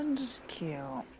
just cute.